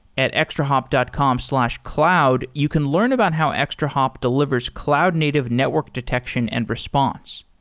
at extrahop dot com slash cloud, you can learn about how extrahop delivers cloud-native network detection and response.